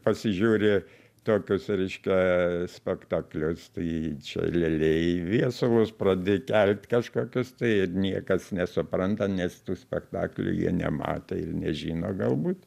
pasižiūri tokius reiškia spektaklius tai čia realiai viesulus pradėjo kelt kažkokius tai ir niekas nesupranta nes tų spektaklių jie nematę ir nežino galbūt